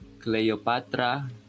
Cleopatra